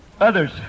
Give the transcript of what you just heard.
Others